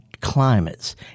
Climates